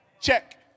Check